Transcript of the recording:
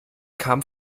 kam